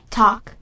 talk